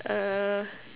err